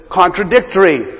contradictory